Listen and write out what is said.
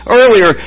earlier